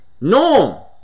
Norm